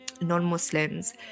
non-Muslims